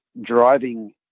driving